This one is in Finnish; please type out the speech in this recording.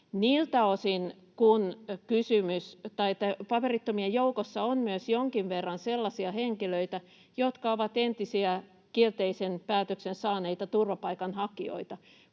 Paperittomien joukossa on jonkin verran myös sellaisia henkilöitä, jotka ovat entisiä kielteisen päätöksen saaneita turvapaikanhakijoita,